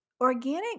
organic